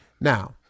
Now